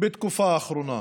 בתקופה האחרונה.